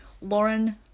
Lauren